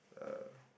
uh